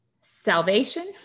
salvation